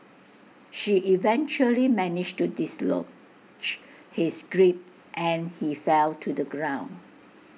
she eventually managed to dislodge his grip and he fell to the ground